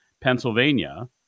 Pennsylvania